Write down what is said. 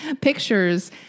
Pictures